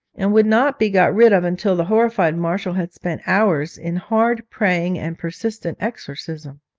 and would not be got rid of until the horrified marshal had spent hours in hard praying and persistent exorcism!